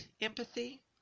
empathy